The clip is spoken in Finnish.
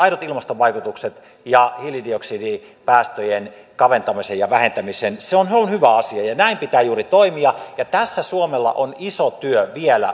aidot ilmastovaikutukset ja hiilidioksidipäästöjen kaventamisen ja vähentämisen se on hyvä asia ja ja näin pitää juuri toimia ja tässä suomella on vielä iso työ